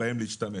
להשתמש.